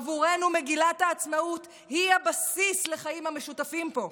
עבורנו מגילת העצמאות היא הבסיס לחיים המשותפים פה,